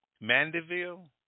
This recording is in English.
Mandeville